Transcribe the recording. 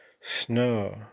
snow